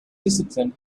discipline